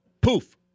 Poof